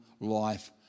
life